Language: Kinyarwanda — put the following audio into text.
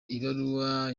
ibaruwa